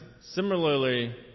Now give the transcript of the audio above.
similarly